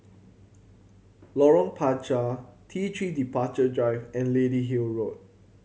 Lorong Panchar T Three Departure Drive and Lady Hill Road